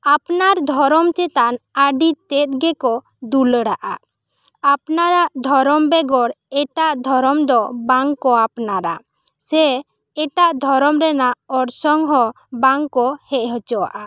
ᱟᱯᱱᱟᱨ ᱫᱷᱚᱨᱚᱢ ᱪᱮᱟᱛᱟᱱ ᱟᱹᱰᱤ ᱛᱮᱫ ᱜᱮ ᱠᱚ ᱫᱩᱞᱟᱹᱲᱟᱜᱼᱟ ᱟᱯᱱᱟᱨᱟᱜ ᱫᱷᱚᱨᱚᱢ ᱵᱮᱜᱚᱨ ᱮᱴᱟᱜ ᱫᱷᱚᱨᱚᱢ ᱫᱚ ᱵᱟᱝ ᱠᱚ ᱟᱯᱱᱟᱨᱟ ᱥᱮ ᱮᱴᱟᱜ ᱫᱷᱚᱨᱚᱢ ᱨᱮᱱᱟᱜ ᱚᱨᱥᱚᱝ ᱦᱚᱸ ᱵᱟᱝ ᱠᱚ ᱦᱮᱡ ᱦᱚᱪᱚᱣᱟᱜᱼᱟ